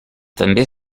també